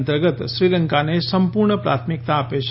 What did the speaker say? અંતર્ગત શ્રીલંકાને સંપૂર્ણ પ્રાથમિકતા આપે છે